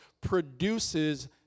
produces